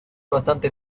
bastante